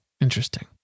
Interesting